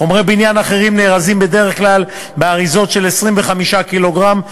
חומרי בניין אחרים נארזים בדרך כלל באריזות של 25 קילוגרם,